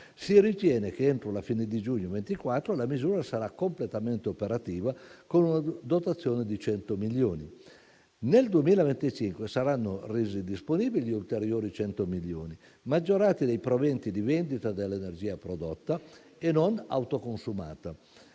Si ritiene che, entro la fine di giugno 2024, la misura sarà completamente operativa con una dotazione di 100 milioni. Nel 2025 saranno resi disponibili ulteriori 100 milioni maggiorati dai proventi di vendita dell'energia prodotta e non autoconsumata,